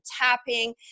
tapping